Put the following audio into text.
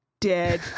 dead